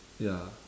ya